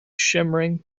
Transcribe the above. shimmering